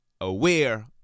aware